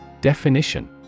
Definition